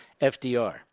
FDR